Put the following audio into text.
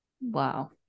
Wow